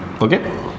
okay